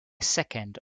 second